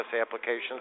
applications